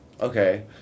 Okay